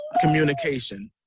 Communication